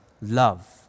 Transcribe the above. love